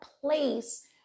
place